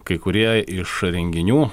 kai kurie iš renginių